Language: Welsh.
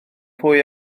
pwy